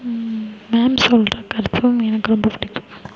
ma'am சொல்கிற கருத்தும் எனக்கு ரொம்ப பிடிக்கும்